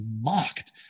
mocked